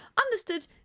understood